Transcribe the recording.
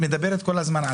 הזמן,